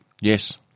Yes